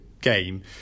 game